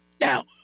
now